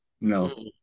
No